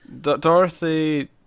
Dorothy